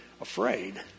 afraid